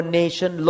nation